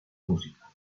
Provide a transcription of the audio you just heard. música